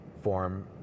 form